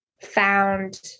found